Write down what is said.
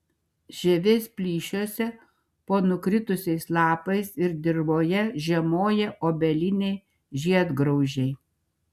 žievės plyšiuose po nukritusiais lapais ir dirvoje žiemoja obeliniai žiedgraužiai